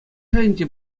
шайӗнчи